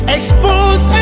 Expose